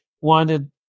wanted